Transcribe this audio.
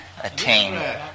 attain